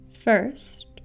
First